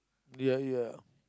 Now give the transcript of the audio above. ya ya